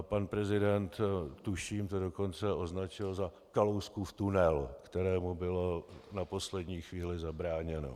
Pan prezident, tuším, to dokonce označil za Kalouskův tunel, kterému bylo na poslední chvíli zabráněno.